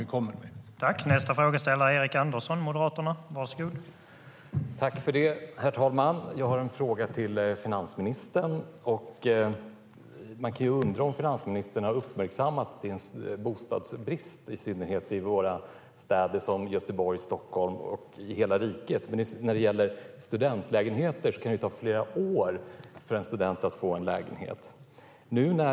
Vi kommer med massor med åtgärder.